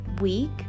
week